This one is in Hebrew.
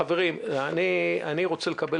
חברים, אני רוצה לקבל